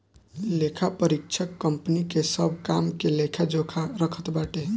लेखापरीक्षक कंपनी के सब काम के लेखा जोखा रखत बाटे